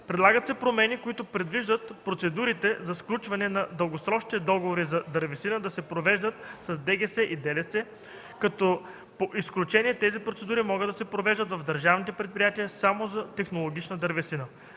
Предлагат се промени, които предвиждат процедурите за сключване на дългосрочните договори за дървесина да се провеждат в ДГС и ДЛС, като по изключение тези процедури могат да се провеждат в държавните предприятия само за технологична дървесина.